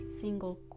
single